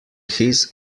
his